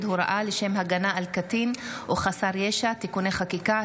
הוראה לשם הגנה על קטין או חסר ישע (תיקוני חקיקה),